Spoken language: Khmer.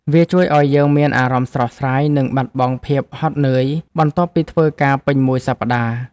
វាជួយឱ្យយើងមានអារម្មណ៍ស្រស់ស្រាយ និងបាត់បង់ភាពហត់នឿយបន្ទាប់ពីធ្វើការងារពេញមួយសប្តាហ៍។